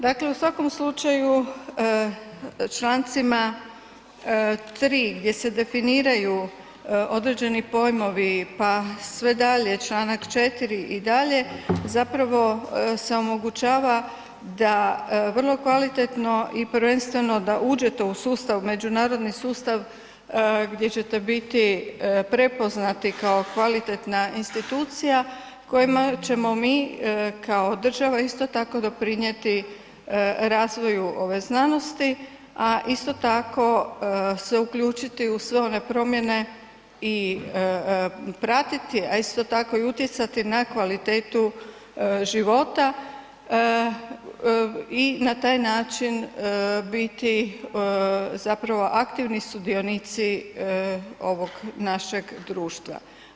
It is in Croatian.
Dakle, u svakom slučaju Člancima 3. gdje se definiraju određeni pojmovi, pa sve dalje Članak 4. i dalje zapravo se omogućava da vrlo kvalitetno i prvenstveno da uđete u sustav, međunarodni sustav gdje ćete biti prepoznati kao kvalitetna institucija kojima ćemo mi kao država isto tako doprinijeti razvoju ove znanosti, a isto tako se uključiti u sve ove promjene i pratiti, a isto tako i utjecati na kvalitetu života i na taj način biti zapravo aktivni sudionici ovog našeg društva.